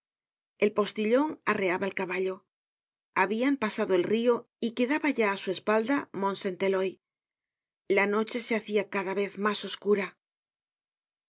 el postillon arreaba al caballo habian pasado el rio y quedaba ya á su espalda mont saint eloy la noche se hacia cada vez mas oscura